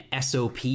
SOP